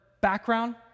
background